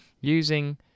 using